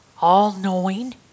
all-knowing